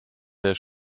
der